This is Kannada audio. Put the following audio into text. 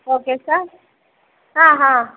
ಓಕೆ ಸರ್ ಹಾಂ ಹಾಂ